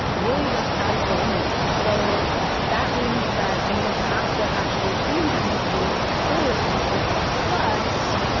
really the sky is the limit. so that means that you don't have to actually change anything for responsive plus,